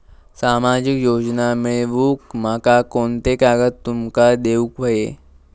सामाजिक योजना मिलवूक माका कोनते कागद तुमका देऊक व्हये?